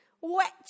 wet